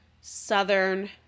Southern